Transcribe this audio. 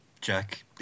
Jack